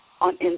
on